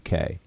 UK